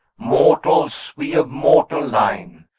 mortals we of mortal line.